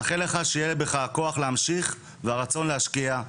מאחל לך שיהיה בך הכוח להמשיך, והרצון להשקיע.